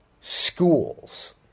schools